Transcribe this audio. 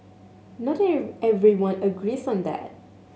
not everyone agrees on that